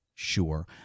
Sure